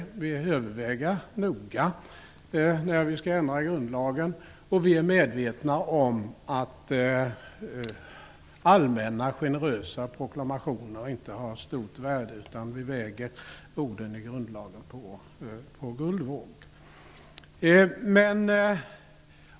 Vi vill noga överväga när vi skall ändra i grundlagen. Vi är medvetna om att allmänna generösa proklamationer inte har stort värde. Vi väger orden i grundlagen på guldvåg.